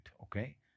okay